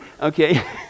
okay